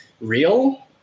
real